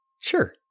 Sure